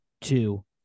two